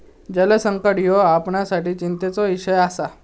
जलसंकट ह्यो आपणासाठी चिंतेचो इषय आसा